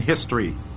history